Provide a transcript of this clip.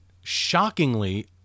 shockingly